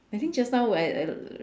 I think just now while uh